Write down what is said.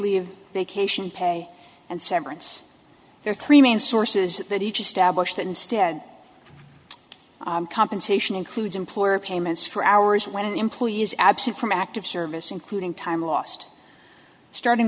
leave make ation pay and severance there are three main sources that each stablished instead compensation includes employer payments for hours when an employee is absent from active service including time lost starting